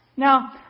Now